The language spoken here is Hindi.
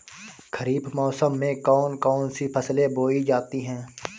खरीफ मौसम में कौन कौन सी फसलें बोई जाती हैं?